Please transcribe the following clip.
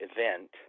Event